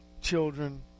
children